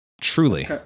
truly